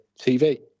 TV